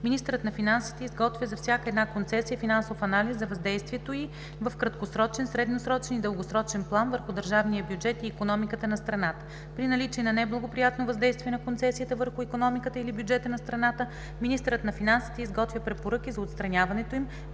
Министърът на финансите изготвя за всяка една концесия финансов анализ за въздействието й в краткосрочен, средносрочен и дългосрочен план върху държавния бюджет и икономиката на страната. При наличие на неблагоприятно въздействие на концесията върху икономиката или бюджета на страната, министърът на финансите изготвя препоръки за отстраняването им,